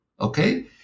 Okay